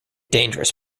dangerous